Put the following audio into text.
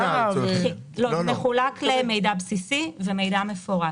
זה מחולק למידע בסיסי ולמידע מפורט.